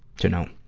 to know.